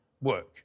work